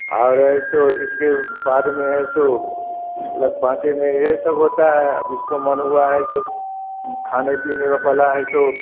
और है सो इसके बाद में है सो लग पासे में यह सब होता है जिसको मन हुआ है जो खाने पीने का बना है सो